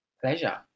Pleasure